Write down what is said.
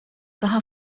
daha